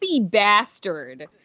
bastard